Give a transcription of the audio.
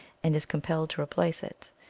and is com pelled to replace it.